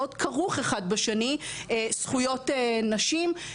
מאוד כרוך אחד בשני זכויות נשים,